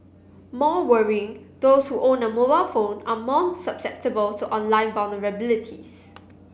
more worrying those who own a mobile phone are more susceptible to online vulnerabilities